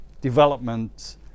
development